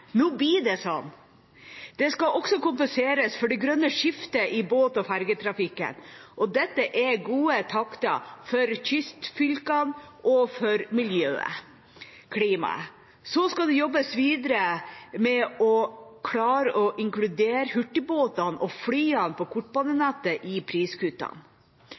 Nå blir det sånn. Det skal også kompenseres for det grønne skiftet i båt- og fergetrafikken, og dette er gode takter for kystfylkene og for miljø og klima. Så skal det jobbes videre med å klare å inkludere hurtigbåtene og flyene på kortbanenettet i priskuttene.